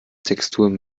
texturen